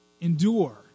endure